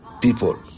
people